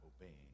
obeying